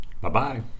Bye-bye